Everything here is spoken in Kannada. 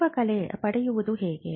ಪೂರ್ವ ಕಲೆ ಪಡೆಯುವುದು ಹೇಗೆ